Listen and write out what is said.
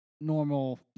normal